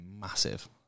massive